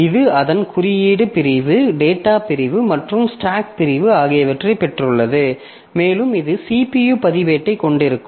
இது அதன் குறியீடு பிரிவு டேட்டா பிரிவு மற்றும் ஸ்டாக் பிரிவு ஆகியவற்றைப் பெற்றுள்ளது மேலும் இது CPU பதிவேட்டைக் கொண்டிருக்கும்